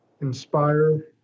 Inspire